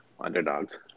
underdogs